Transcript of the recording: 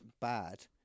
bad